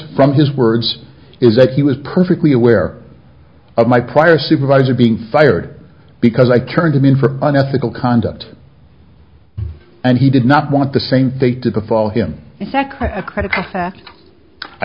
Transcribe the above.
from his words is that he was perfectly aware of my prior supervisor being fired because i turned him in for unethical conduct and he did not want the same they did to follow him